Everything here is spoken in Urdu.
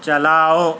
چلاؤ